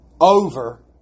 over